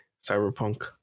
Cyberpunk